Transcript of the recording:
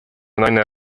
naine